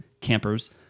campers